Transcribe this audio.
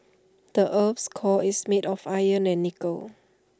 the Earth's core is made of iron and nickel